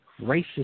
racist